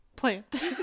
plant